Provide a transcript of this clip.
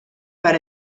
per